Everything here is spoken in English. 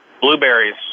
blueberries